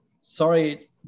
sorry